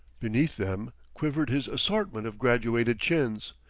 beneath them quivered his assortment of graduated chins.